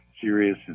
Serious